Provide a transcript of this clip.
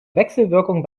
wechselwirkung